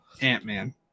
Ant-Man